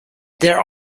there